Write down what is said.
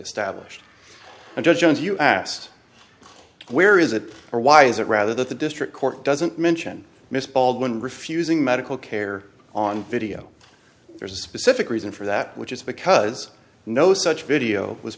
established by judge jones you asked where is it or why is it rather that the district court doesn't mention miss baldwin refusing medical care on video there's a specific reason for that which is because no such video was